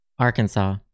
Arkansas